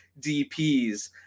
DPs